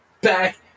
back